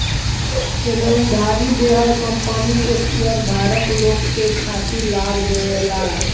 एमे उधारी देहल कंपनी के शेयरधारक लोग के खातिर लाभ देवेला